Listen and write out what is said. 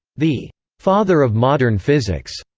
the father of modern physics,